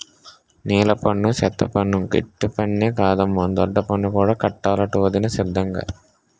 నీలపన్ను, సెత్తపన్ను, ఇంటిపన్నే కాదమ్మో దొడ్డిపన్ను కూడా కట్టాలటొదినా సిత్రంగా